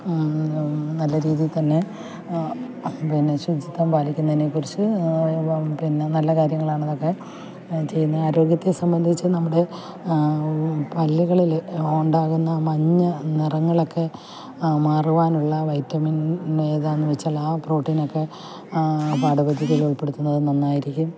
നല്ല രീതിയിൽ തന്നെ പിന്നെ ശുചിത്വം പാലിക്കുന്നതിനെക്കുറിച്ച് പിന്നെ നല്ല കാര്യങ്ങളാണിതൊക്കെ ചെയ്യുന്നത് ആരോഗ്യത്തെ സംബന്ധിച്ച് നമ്മുടെ പല്ലുകളിൽ ഉണ്ടാകുന്ന മഞ്ഞ നിറങ്ങളൊക്കെ മാറുവാനുള്ള വൈറ്റമിൻ ഏതാണെന്ന് വെച്ചാൽ ആ പ്രോട്ടീനക്കെ പാഠപദ്ധതിയിൽ ഉൾപ്പെടുത്തുന്നത് നന്നായിരിക്കും